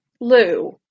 Lou